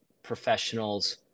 Professionals